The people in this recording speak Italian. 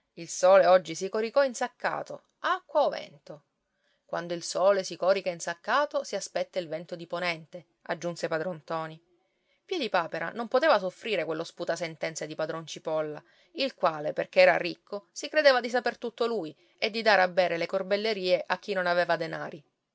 il sole oggi si coricò insaccato acqua o vento quando il sole si corica insaccato si aspetta il vento di ponente aggiunse padron ntoni piedipapera non poteva soffrire quello sputasentenze di padron cipolla il quale perché era ricco si credeva di saper tutto lui e di dar a bere le corbellerie a chi non aveva denari